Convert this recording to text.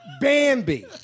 Bambi